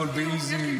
הכול באיזי.